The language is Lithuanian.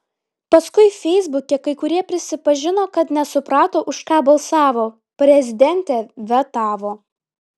paskui feisbuke kai kurie prisipažino kad nesuprato už ką balsavo prezidentė vetavo